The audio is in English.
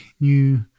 new